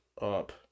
up